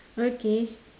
okay